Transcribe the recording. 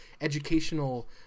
Educational